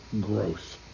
growth